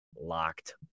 locked